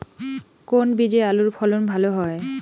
কোন বীজে আলুর ফলন ভালো হয়?